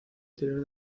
interior